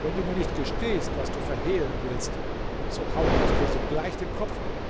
wenn du mir nicht gestehst was du verhehlen willst so haue ich dir sogleich den kopf ab